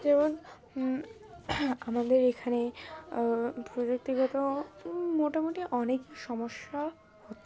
যেমন আমাদের এখানে প্রযুক্তিগত মোটামুটি অনেকই সমস্যা হচ্ছে